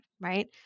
right